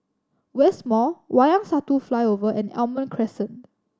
West Mall Wayang Satu Flyover and Almond Crescent